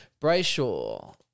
Brayshaw